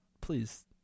please